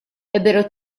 ebbero